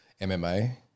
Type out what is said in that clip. MMA